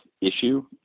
issue